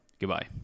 Goodbye